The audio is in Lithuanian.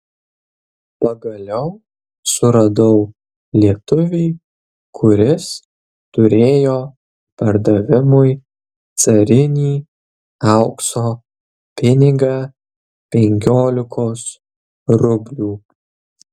pagaliau suradau lietuvį kuris turėjo pardavimui carinį aukso pinigą penkiolikos rublių